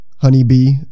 Honeybee